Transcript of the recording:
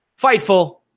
Fightful